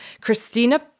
Christina